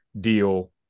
deal